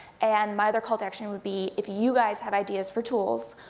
and my other call to action would be, if you guys have ideas for tools,